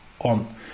on